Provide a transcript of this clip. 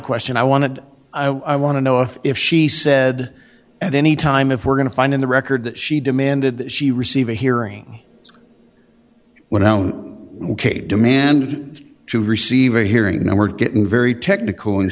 question i wanted i want to know if if she said at any time if we're going to find in the record that she demanded that she receive a hearing when we demand to receive a hearing you know we're getting very technical and